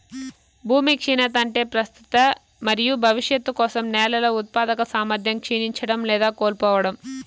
భూమి క్షీణత అంటే ప్రస్తుత మరియు భవిష్యత్తు కోసం నేలల ఉత్పాదక సామర్థ్యం క్షీణించడం లేదా కోల్పోవడం